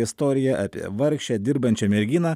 istoriją apie vargšę dirbančią merginą